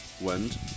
wind